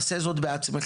עשה זאת בעצמך.